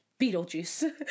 Beetlejuice